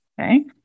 Okay